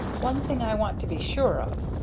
one thing i want to be sure of.